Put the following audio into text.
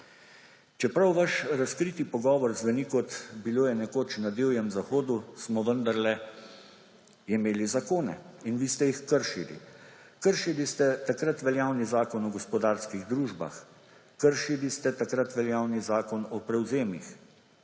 Čeprav vaš razkriti pogovor zveni kot, »bilo je nekoč na Divjem zahodu«, smo vendarle imeli zakone, in vi ste jih kršili. Kršili se takrat veljavni zakon o gospodarskih družbah, kršili ste takrat veljavni zakon o prevzemih,